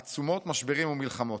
עצומות, משברים ומלחמות.